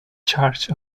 church